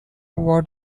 what